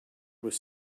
was